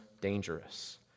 dangerous